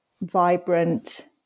vibrant